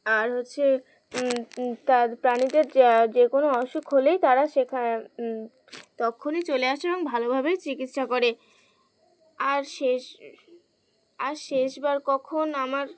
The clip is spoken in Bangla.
আর হচ্ছে তার প্রাণীদের যা যে কোনো অসুখ হলেই তারা সেখানে তক্ষুনি চলে আসে এবং ভালোভাবেই চিকিৎসা করে আর শেষ আর শেষবার কখন আমার